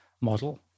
model